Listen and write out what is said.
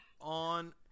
on